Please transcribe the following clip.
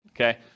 okay